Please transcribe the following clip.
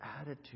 attitude